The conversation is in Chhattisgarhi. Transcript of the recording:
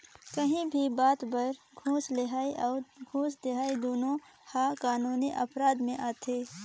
काहीं भी बात बर घूस लेहई अउ घूस देहई दुनो हर कानूनी अपराध में आथे